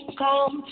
come